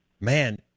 Man